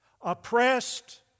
oppressed